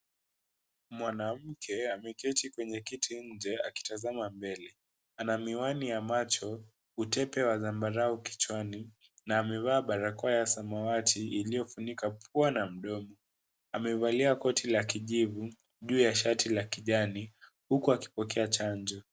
Mwanamke ameketi kwenye kiti nje akitazama mbele. Ana miwani ya macho utepe wa zambarua kichwani na amevaa barakoa ya samawati ilio funika pua na mdomo. Amevalia koti la kijivu juu ya shati la kijani, huku akipokea chanjo.